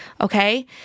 okay